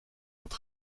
had